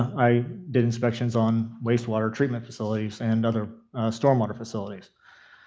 i did inspections on waste water treatment facilities and other storm water facilities.